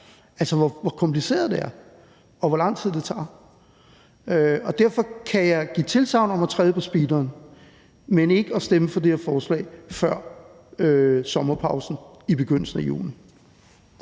altså hvor kompliceret det er, og hvor lang tid det tager. Derfor kan jeg give tilsagn om at træde på speederen, men ikke at stemme for det her forslag før sommerpausen i begyndelsen af juni.